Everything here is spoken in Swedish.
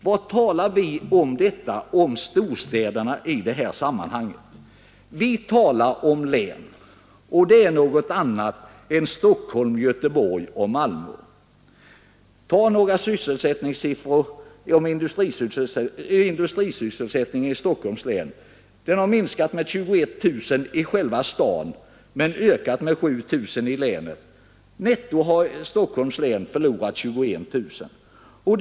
Var talas det om storstäderna i det här sammanhanget? Vi talar om län, och det är något annat än Stockholm, Göteborg och Malmö. Sysselsättningen inom industrin har i själva Stockholm minskat med 28 000 arbetsplatser men ökat med 7 000 i övriga länet. Netto har Stockholms län förlorat 21 000 arbeten.